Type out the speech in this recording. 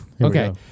Okay